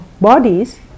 bodies